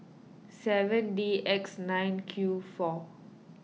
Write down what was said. seven D X nine Q four